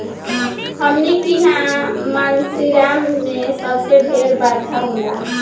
हमनी किहा मानसींराम मे सबसे ढेर बरखा होला